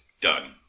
Done